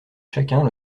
chacun